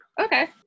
okay